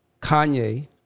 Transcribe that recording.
Kanye